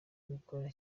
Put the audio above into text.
gukora